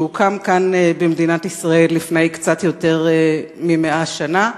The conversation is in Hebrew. שהוקמה כאן במדינת ישראל לפני קצת יותר מ-100 שנה.